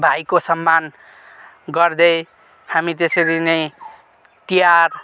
भाइको सम्मान गर्दै हामी त्यसरी नै तिहार